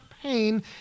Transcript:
pain